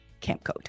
campcode